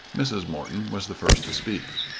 mrs. morton was the first to speak.